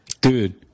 dude